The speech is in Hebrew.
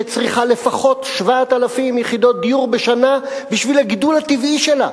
שצריכה לפחות 7,000 יחידות דיור בשנה בשביל הגידול הטבעי שלה.